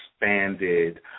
expanded